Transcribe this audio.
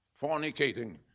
fornicating